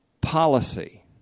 policy